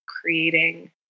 creating